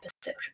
episode